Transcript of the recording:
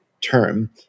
term